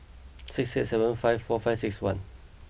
six six seven five four five six one